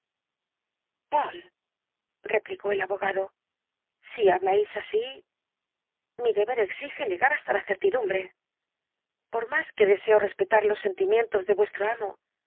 replicó el abogado si habláis así mi deber exige llegar hasta la certidumbre por más que deseo respetar los sentimientos de vuestro amo